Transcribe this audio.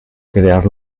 crear